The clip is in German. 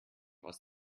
aus